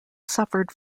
suffered